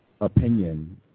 opinion